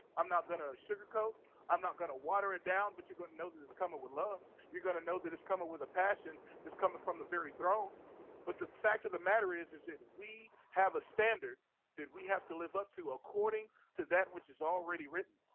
i'm not gonna sugarcoat i'm not gonna water it down but you're gonna know that it's coming with love you're gonna know that it's coming with a passion this coming from the very throne but the fact of the matter is is that we have a standard that we have to live up to according to that which is already written,